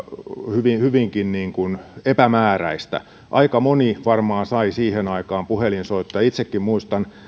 hyvinkin epämääräistä aika moni varmaan sai siihen aikaan puhelinsoittoja itsekin muistan että